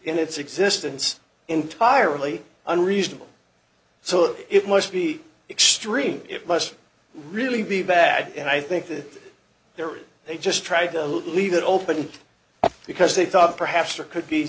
in its existence entirely unreasonable so it must be extreme it must really be bad and i think that there are they just try to leave it open because they thought perhaps there could be